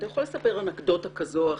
אתה יכול לספר אנקדוטה כזאת או אחרת,